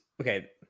okay